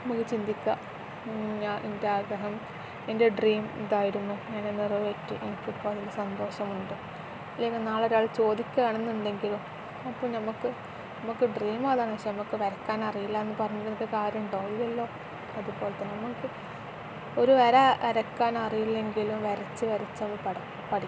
നമുക്ക് ചിന്തിക്കാം ഞാൻ എൻ്റെ ആഗ്രഹം എൻ്റെ ഡ്രീം ഇതായിരുന്നു ഞാനത് നിറവേറ്റി എനിക്കിപ്പം അതിൽ സന്തോഷമുണ്ട് അല്ലെങ്കിൽ നാളൊരാൾ ചോദിക്കുകയാണെന്നുണ്ടെങ്കിലോ അപ്പം നമുക്ക് നമുക്ക് ഡ്രീം അതാണെന്നു വെച്ചാൽ നമുക്ക് വരയ്ക്കാൻ അറിയില്ല എന്നു പറഞ്ഞിരുന്നിട്ട് കാര്യമുണ്ടോ ഇല്ലല്ലോ അതു പോലെ തന്നെ നമുക്ക് ഒരു വര വരക്കാനറിയില്ലെങ്കിലും വരച്ച് വരച്ച് അത് പ പഠിക്കും